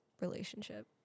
relationship